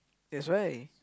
that's why